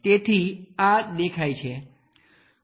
તેથી આ દેખાય છે